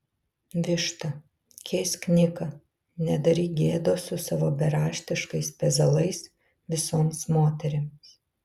višta keisk niką nedaryk gėdos su savo beraštiškais pezalais visoms moterims